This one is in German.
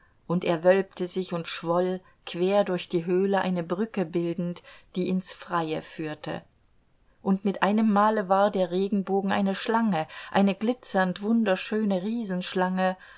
und er wölbte sich und schwoll quer durch die höhle eine brücke bildend die in's freie führte und mit einem male war der regenbogen eine schlange eine glitzernd wunderschöne riesenschlange